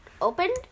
opened